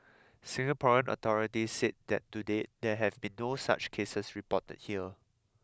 Singaporean authority said that to date there have been no such cases reported here